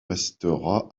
restera